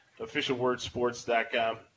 officialwordsports.com